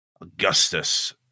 Augustus